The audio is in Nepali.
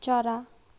चरा